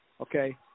Okay